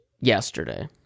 yesterday